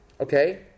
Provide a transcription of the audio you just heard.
okay